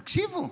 תקשיבו,